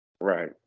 Right